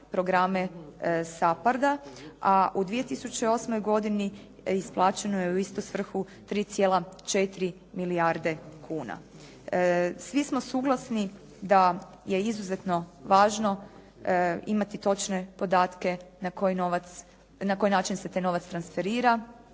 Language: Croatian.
programe SAPARD-a. A u 2008. godini isplaćeno je u istu svrhu 3,4 milijarde kuna. Svi smo suglasni da je izuzetno važno imati točne podatke na koji način se taj novac transferira.